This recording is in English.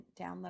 download